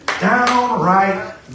downright